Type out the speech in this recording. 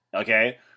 Okay